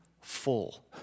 full